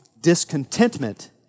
Discontentment